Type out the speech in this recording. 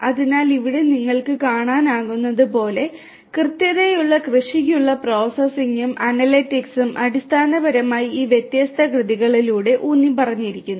അതിനാൽ ഇവിടെ നിങ്ങൾക്ക് കാണാനാകുന്നതുപോലെ കൃത്യതയുള്ള കൃഷിക്കുള്ള പ്രോസസ്സിംഗും അനലിറ്റിക്സും അടിസ്ഥാനപരമായി ഈ വ്യത്യസ്ത കൃതികളിലൂടെ ഊന്നിപ്പറഞ്ഞിരിക്കുന്നു